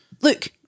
look